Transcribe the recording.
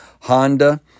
Honda